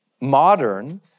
modern